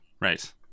Right